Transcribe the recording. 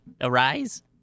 arise